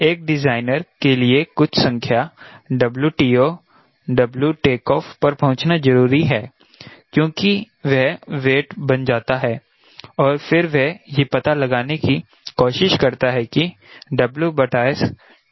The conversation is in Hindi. एक डिजाइनर के लिए कुछ संख्या WTO पर पहुंचना जरूरी है क्योंकि वह वेट बन जाता है और फिर वह यह पता लगाने की कोशिश करता है कि TO क्या है